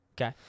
Okay